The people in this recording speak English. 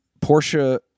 Porsche